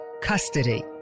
custody